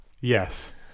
yes